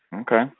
Okay